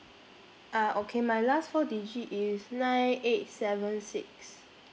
uh okay my last four digit is nine eight seven six